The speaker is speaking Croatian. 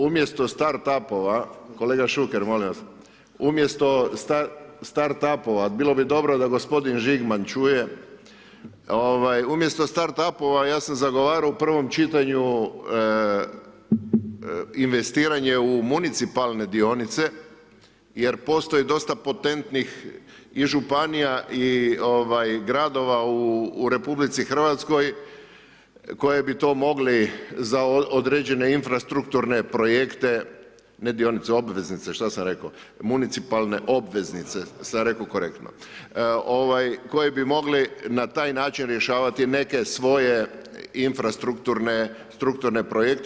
Umjesto start-up-ova, kolega Šuker molim vas, umjesto start-up-ova, bilo bi dobro da gospodin Žigman čuje, umjesto star-up-ova ja sam zagovarao u prvom čitanju investiranje u municipalne dionice, jer postoji dosta potentnih Županija i ovaj gradova u Republici Hrvatskoj koji bi to mogli za određene infrastrukturne projekte, ne dionice, obveznice, šta sam rekao, municipalne obveznice sam rekao korektno, ovaj koje bi mogli na taj način rješavati neke svoje infrastrukturne projekte.